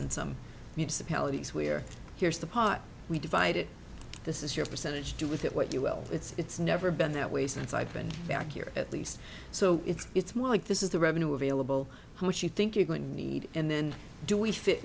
in some municipalities where here's the pot we divide it this is your percentage do with it what you will it's never been that way since i've been back here at least so it's it's more like this is the revenue available which you think you're going to need and then do we fit